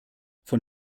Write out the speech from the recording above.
von